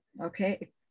Okay